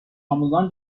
آموزان